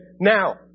now